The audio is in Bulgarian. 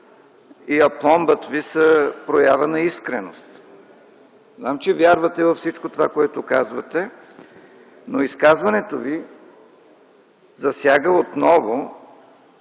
и апломбът Ви са проява на искреност. Знам, че вярвате във всичко това, което казвате, но изказването Ви засяга отново